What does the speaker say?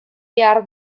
behar